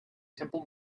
temple